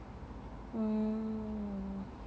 嗯